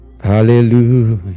hallelujah